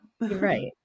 Right